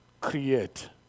create